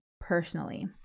personally